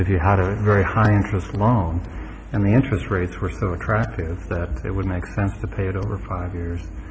if you had a very high interest loans and the interest rates were so attractive that it would make sense to pay it over five years